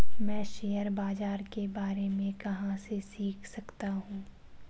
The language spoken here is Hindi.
मैं शेयर बाज़ार के बारे में कहाँ से सीख सकता हूँ?